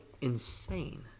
insane